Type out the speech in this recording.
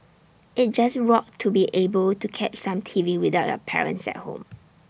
IT just rocked to be able to catch some T V without your parents at home